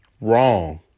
Wrong